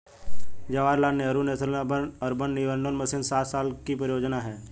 Jawaharlal Nehru national urban renewal mission सात साल की परियोजना है